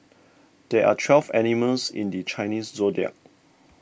there are twelve animals in the Chinese zodiac